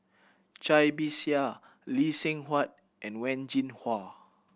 Cai Bixia Lee Seng Huat and Wen Jinhua